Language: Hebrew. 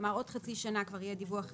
כלומר עוד חצי שנה כבר יהיה דיווח ראשון,